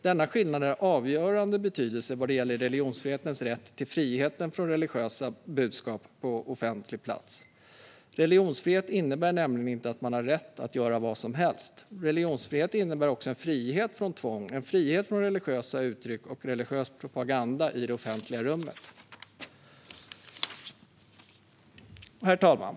Denna skillnad är av avgörande betydelse när det gäller religionsfrihetens rätt till frihet från religiösa budskap på offentlig plats. Religionsfrihet innebär nämligen inte att man har rätt att göra vad som helst. Religionsfrihet innebär också en frihet från tvång, en frihet från religiösa uttryck och religiös propaganda i det offentliga rummet. Herr talman!